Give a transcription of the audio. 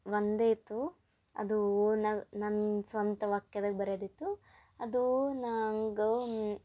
ಒಂದೇ ಇತ್ತು ಅದೂ ಓನಾಗಿ ನನ್ನ ಸ್ವಂತ ವಾಕ್ಯದಾಗ ಬರ್ಯೋದಿತ್ತು ಅದೂ ನಾಂಗ್